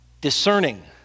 Discerning